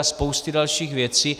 A spousty dalších věcí...